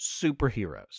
superheroes